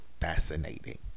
fascinating